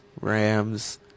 Rams